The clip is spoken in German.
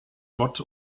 gott